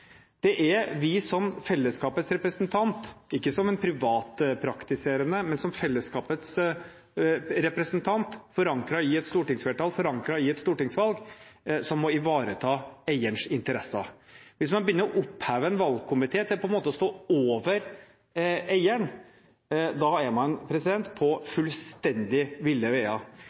Det er vi, som fellesskapets representant – ikke som en privatpraktiserende, men som fellesskapets representant, forankret i et stortingsflertall, forankret i et stortingsvalg – som må ivareta eierens interesser. Hvis man begynner å opphøye en valgkomité til på en måte å stå over eieren, da er man på fullstendig ville